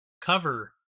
cover